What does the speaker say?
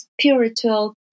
spiritual